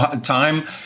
time